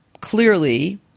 clearly